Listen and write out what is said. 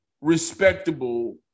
respectable